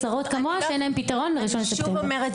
עשרות כמוה שאין להם פתרון ב-1 בספטמבר?) אני שוב אומרת,